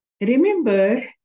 Remember